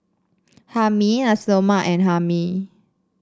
Hae Mee Nasi Lemak and Hae Mee